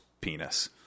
penis